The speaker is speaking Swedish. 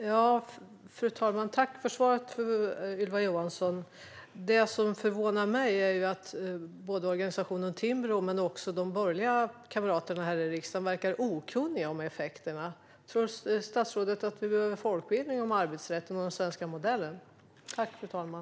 Fru talman! Tack för svaret, Ylva Johansson! Det förvånar mig att organisationen Timbro men också de borgerliga kamraterna här i riksdagen verkar okunniga om effekterna. Tror statsrådet att vi behöver folkbildning om arbetsrätten och den svenska modellen?